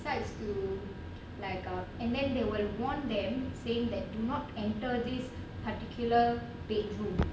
that's too like ah and then they will want them saying that do not enter this particular bedroom